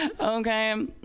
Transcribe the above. Okay